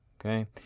Okay